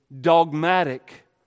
dogmatic